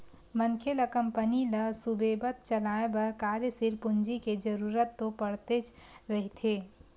मनखे ल कंपनी ल सुबेवत चलाय बर कार्यसील पूंजी के जरुरत तो पड़तेच रहिथे